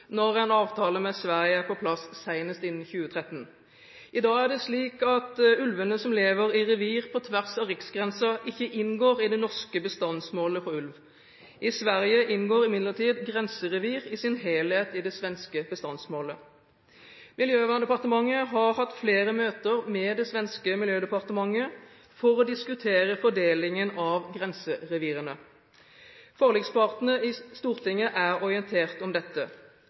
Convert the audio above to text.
når en avtale med Sverige er på plass, senest innen 2013. I dag er det slik at ulvene som lever i revir på tvers av riksgrensen, ikke inngår i det norske bestandsmålet for ulv. I Sverige inngår imidlertid grenserevir i sin helhet i det svenske bestandsmålet. Miljøverndepartementet har hatt flere møter med det svenske Miljödepartementet for å diskutere fordelingen av grenserevirene. Forlikspartene i Stortinget er orientert om dette.